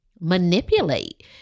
manipulate